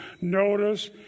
Notice